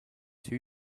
two